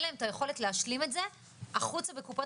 אין להם את היכולת להשלים הזה החוצה בקופות